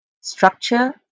structure